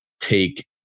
take